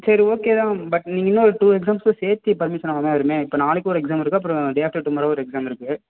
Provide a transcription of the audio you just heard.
சரி ஓகே தான் பட் நீங்கள் இன்னொரு டூ எக்ஸாம்ஸுக்கும் சேர்த்தி பர்மிஷன் வாங்கிற மாதிரி வருமே இப்போ நாளைக்கு ஒரு எக்ஸாம் இருக்குது அப்புறம் டே ஆஃப்டர் டுமாரோ ஒரு எக்ஸாம் இருக்குது